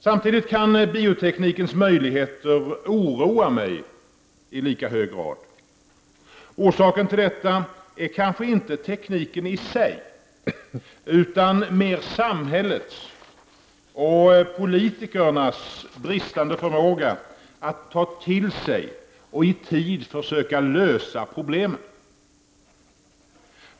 Samtidigt kan bioteknikens möjligheter oroa mig i lika hög grad. Orsaken till detta är kanske inte tekniken i sig, utan mer samhällets och politikernas bristande förmåga att ta till sig och i tid försöka lösa problemen.